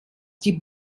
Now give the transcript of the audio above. die